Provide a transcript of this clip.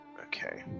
Okay